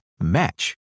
match